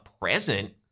present